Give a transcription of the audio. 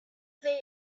they